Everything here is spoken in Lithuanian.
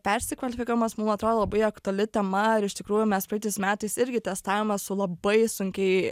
persikvalifikavimas mum atrodo labai aktuali tema ar iš tikrųjų mes praeitais metais irgi testavome su labai sunkiai